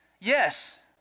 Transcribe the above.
Yes